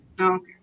okay